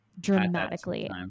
dramatically